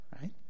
right